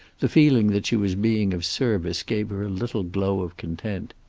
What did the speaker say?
the feeling that she was being of service gave her a little glow of content.